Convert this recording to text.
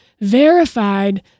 verified